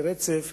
ברצף,